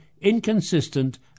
inconsistent